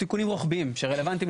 תיקונים רוחביים שרלוונטיים,